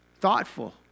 thoughtful